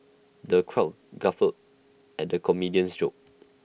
the crowd guffawed at the comedian's jokes